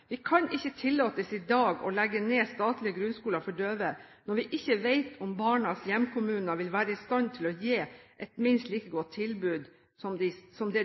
vi ikke må kaste barnet ut med barnevannet. Vi kan ikke tillate oss i dag å legge ned statlige grunnskoler for døve når vi ikke vet om barnas hjemkommuner vil være i stand til å gi et minst like godt tilbud som